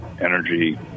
energy